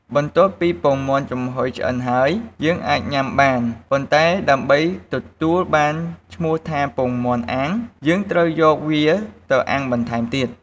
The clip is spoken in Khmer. បន្ទាប់ពី ពងមាន់ចំហុយឆ្អិនហើយ យើងអាចញ៉ាំបាន ប៉ុន្តែដើម្បីទទួលបានឈ្មោះថាពងមាន់អាំងយើងត្រូវយកវាទៅអាំងបន្ថែមទៀត។